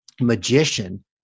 magician